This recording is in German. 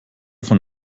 von